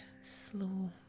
slow